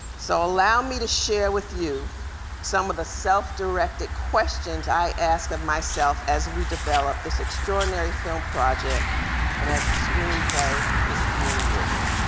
so allow me to share with you some of the self-directed questions i ask of myself as we develop this extraordinary film project and as a screenplay is being written.